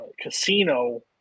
Casino